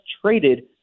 traded